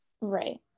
Right